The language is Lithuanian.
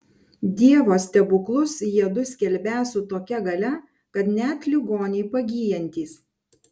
dievo stebuklus jiedu skelbią su tokia galia kad net ligoniai pagyjantys